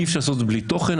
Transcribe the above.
אי-אפשר לעשות את זה בלי תוכן.